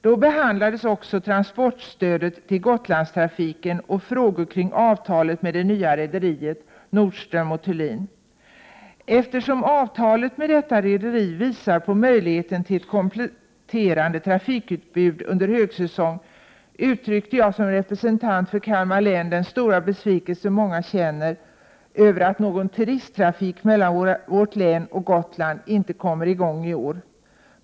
Då behandlades också transportstödet till Gotlandstrafiken och frågor kring avtalet med det nya rederiet Nordström & Thulin. Eftersom avtalet med detta rederi visar på möjligheten till ett kompletterande trafikutbud under högsäsong, uttryckte jag som representant för Kalmar län den stora besvikelse många känner över att någon turisttrafik mellan vårt län och Gotland inte kommer i gång i år.